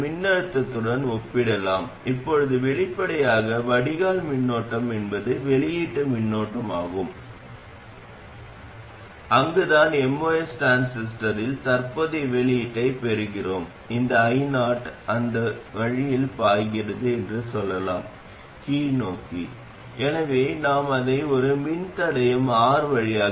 ஆரம்பத்தில் id மிகவும் சிறியதாக இருந்தால் என்ன நடக்கும் இந்த மின்னோட்டம் எதிர்மறையாக இருக்கும் எனவே சிபியிலிருந்து மின்னோட்டம் வெளியேற்றப்படும் மூல மின்னழுத்தம் கீழே விழும் விஜிஎஸ் அதிகரிக்கும் மற்றும் id அதிகரிக்கும்